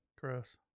gross